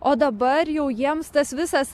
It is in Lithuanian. o dabar jau jiems tas visas